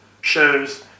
shows